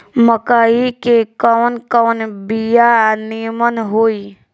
मकई के कवन कवन बिया नीमन होई?